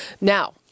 Now